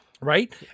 Right